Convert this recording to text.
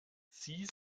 sie